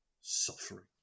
suffering